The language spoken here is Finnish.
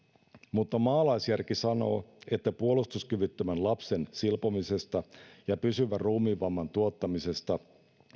mutta maalaisjärki sanoo että puolustuskyvyttömän lapsen silpomisesta ja pysyvän ruumiinvamman tuottamisesta